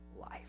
life